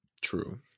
True